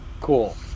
cool